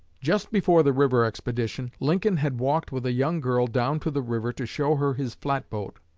just before the river expedition, lincoln had walked with a young girl down to the river to show her his flatboat.